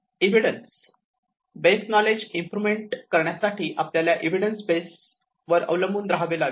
evidence base knowledge improvement साठी आपल्याला evidence base वर अवलंबून रहावे लागेल